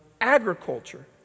agriculture